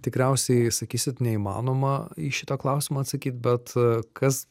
tikriausiai sakysit neįmanoma į šitą klausimą atsakyt bet kas